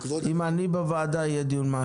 אם אני בוועדה יהיה דיון מעקב.